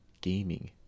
gaming